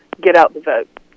get-out-the-vote